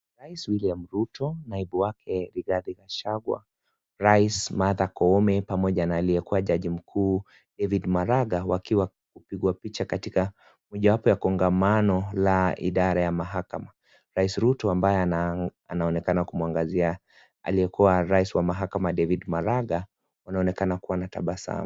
Rais William Ruto, naibu wake Rigathi Gachagua, rais Martha Koome pamoja na aliyekua jaji mkuu David Maraga wakiwa kupigwa picha katika mojawapo ya kongamano la idara ya mahakama. Rais Ruto ambaye anaonekana kumuangalia aliyekua rais wa mahakama David Maraga wanaonekana kuwa na tabasamu.